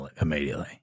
immediately